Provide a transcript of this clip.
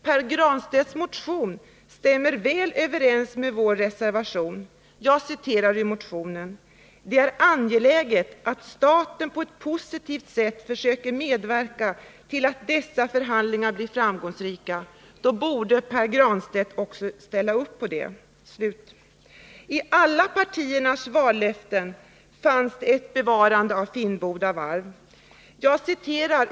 Hans motion stämmer ju väl överens med reservationen — jag citerar ur motionen: ”Det är angeläget att staten på ett positivt sätt försöker medverka till att dessa förhandlingar blir framgångsrika.” Då borde Pär Granstedt också ställa upp på reservationen. Från alla partier avgavs vallöften om bevarande av Finnboda Varf.